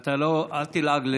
אל תלעג.